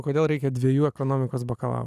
kodėl reikia dviejų ekonomikos bakalaurų